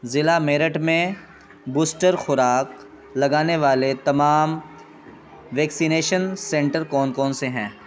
ضلع میرٹھ میں بوسٹر خوراک لگانے والے تمام ویکسینیشن سنٹر کون کون سے ہیں